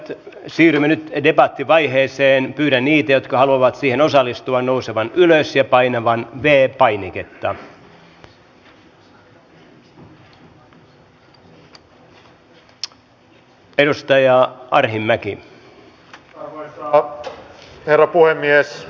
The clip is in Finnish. esimerkiksi turkissa on miljoonia siirtolaisia odottamassa sitä hetkeä kun eu on tarpeeksi hajanainen ja voimaton ja padot aukeavat